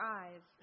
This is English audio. eyes